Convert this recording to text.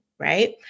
right